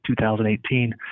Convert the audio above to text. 2018